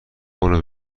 اونو